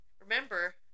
remember